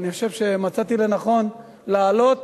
אבל מצאתי לנכון לעלות